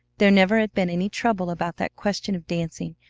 there never had been any trouble about that question of dancing,